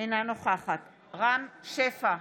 אינה נוכחת רם שפע,